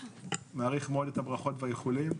מעריך מאוד את הברכות והאיחולים,